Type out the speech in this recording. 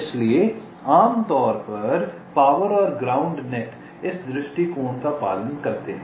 इसलिए आमतौर पर पावर और ग्राउंड नेट इस दृष्टिकोण का पालन करते हैं